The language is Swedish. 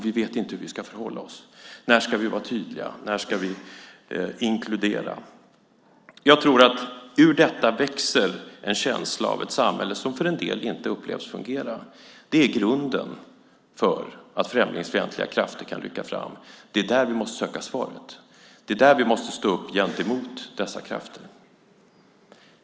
Vi vet inte hur vi ska förhålla oss. När ska vi vara tydliga, när ska vi inkludera? Ur detta växer en känsla av ett samhälle som för en del inte upplevs fungera. Det är grunden för att främlingsfientliga krafter kan rycka fram. Det är där vi måste söka svaret. Det är där vi måste stå upp gentemot dessa krafter.